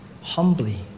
humbly